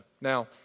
Now